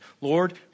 Lord